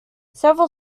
several